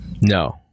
No